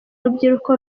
rubyiruko